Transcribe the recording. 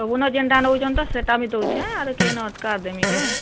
ସବୁ ନ ଯେନ୍ଟା ନେଉଛନ୍ ତ ସେଟା ବି ଦେଉଛେଁ ଆର୍ କେନ୍ ଅଏତ୍କା ଦେମିକେ